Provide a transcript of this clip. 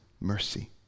mercy